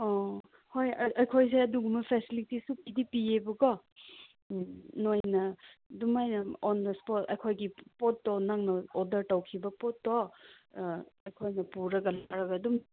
ꯑꯣ ꯍꯣꯏ ꯑꯩꯈꯣꯏꯁꯦ ꯑꯗꯨꯒꯨꯝꯕ ꯐꯦꯁꯂꯤꯇꯤꯁꯨ ꯄꯤꯗꯤ ꯄꯤꯌꯦꯕꯀꯣ ꯎꯝ ꯅꯈꯣꯏꯅ ꯑꯗꯨꯃꯥꯏꯅ ꯑꯣꯟ ꯗ ꯁ꯭ꯄꯣꯠ ꯑꯩꯈꯣꯏꯒꯤ ꯄꯣꯠꯇꯣ ꯅꯪꯅ ꯑꯣꯗꯔ ꯇꯧꯈꯤꯕ ꯄꯣꯠꯇꯣ ꯑꯩꯈꯣꯏꯅ ꯄꯨꯔꯒ ꯂꯥꯛꯂꯒ ꯑꯗꯨꯝ